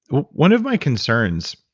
one of my concerns,